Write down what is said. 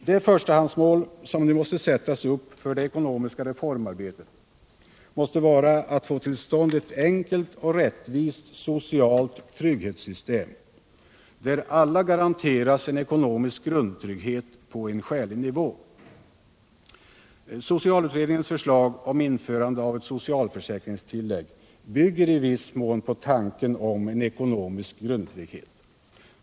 Det förstahandsmål som nu måste sättas upp för det ekonomiska reformarbetet skall vara att få till stånd ett enkelt och rättvist socialt trygghetssystem, där alla garanteras en ekonomisk grundtrygghet på en skälig nivå. Socialutredningens förslag om införande av ett socialförsäkringstillägg bygger i viss mån på tanken om en ekonomisk grundtrygghet.